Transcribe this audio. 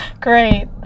Great